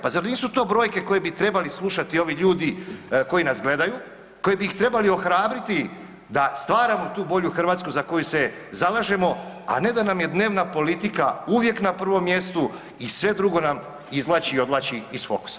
Pa zar nisu to brojke koje bi trebali slušati ovi ljudi koji nas gledaju, koji bi ih trebali ohrabriti da stvaramo tu bolju Hrvatsku za koju se zalažemo, a ne da nam je dnevna politika uvijek na prvom mjestu i sve drugo nas izvlači i odvlači iz fokusa.